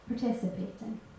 participating